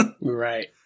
right